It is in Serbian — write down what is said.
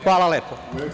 Hvala lepo.